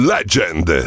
Legend